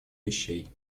вещей